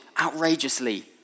outrageously